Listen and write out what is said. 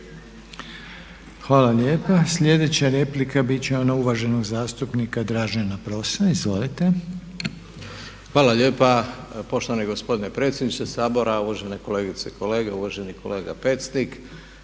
Hvala lijepa. Sljedeća replika biti će ona uvaženog zastupnika Dražena prosa. Izvolite. **Pros, Dražen (SDP)** Hvala lijepa. Poštovani gospodine predsjedniče Sabora, uvažene kolegice i kolege, uvaženi Pecnik.